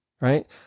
Right